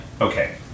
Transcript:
okay